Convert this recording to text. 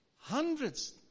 Hundreds